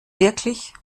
wirklich